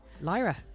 Lyra